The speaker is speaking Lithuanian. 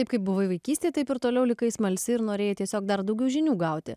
taip kaip vaikystėje taip ir toliau likai smalsi ir norėjai tiesiog dar daugiau žinių gauti